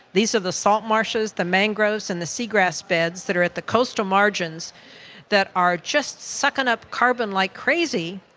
these are the salt marshes, the mangroves and the seagrass beds that are at the coastal margins that are just sucking up carbon like crazy,